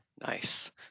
Nice